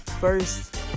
first